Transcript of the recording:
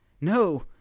No